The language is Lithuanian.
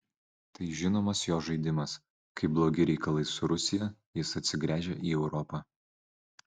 tai žinomas jo žaidimas kai blogi reikalai su rusija jis atsigręžia į europą